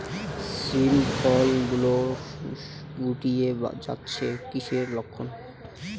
শিম ফল গুলো গুটিয়ে যাচ্ছে কিসের লক্ষন?